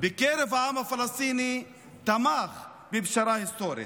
בקרב העם הפלסטיני תמך בפשרה היסטורית.